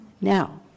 Now